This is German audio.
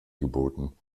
geboten